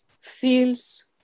feels